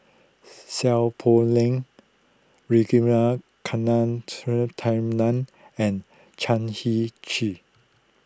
Seow Poh Leng Ragunathar Kanagasuntheram and Chan Heng Chee